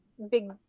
Big